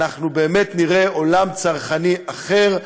אנחנו באמת נראה עולם צרכני אחר,